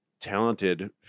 talented